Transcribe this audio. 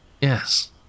Yes